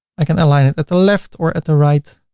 i can align it at the left or at the right.